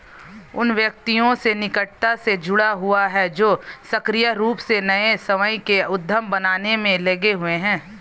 उन व्यक्तियों से निकटता से जुड़ा हुआ है जो सक्रिय रूप से नए स्वयं के उद्यम बनाने में लगे हुए हैं